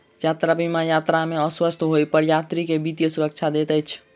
यात्रा बीमा यात्रा में अस्वस्थ होइ पर यात्री के वित्तीय सुरक्षा दैत अछि